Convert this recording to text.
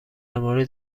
مورد